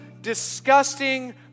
disgusting